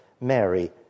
Mary